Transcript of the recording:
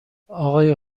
آقای